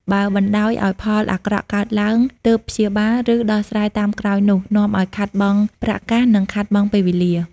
បើបណ្ដោយឲ្យផលអាក្រក់កើតឡើងទើបព្យាបាល ឬដោះស្រាយតាមក្រោយនោះ នាំឲ្យខាតបង់ប្រាក់កាស និងខាតបង់ពេលវេលា ។